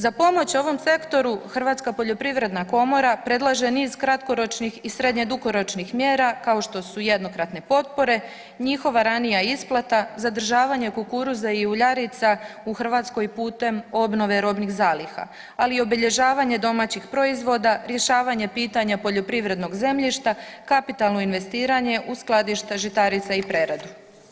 Za pomoć ovom sektoru, Hrvatska poljoprivredna komora predlaže niz kratkoročnih i srednje dugoročnih mjera kao što su jednokratne potpore, njihova ranija isplata, zadržavanje kukuruza i uljarica u Hrvatskoj putem robnih zaliha, ali i obilježavanje domaćih proizvoda, rješavanje pitanja poljoprivrednog zemljišta, kapitalno investiranje u skladište žitarica i preradu.